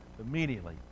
Immediately